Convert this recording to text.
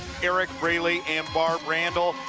eric brayly and barb randall.